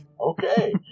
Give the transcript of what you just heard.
Okay